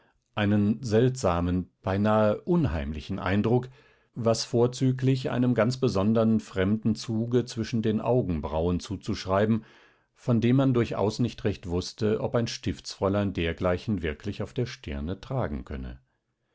einen seltsamen beinahe unheimlichen eindruck was vorzüglich einem ganz besondern fremden zuge zwischen den augenbraunen zuzuschreiben von dem man durchaus nicht recht wußte ob ein stiftsfräulein dergleichen wirklich auf der stirne tragen könne